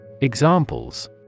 Examples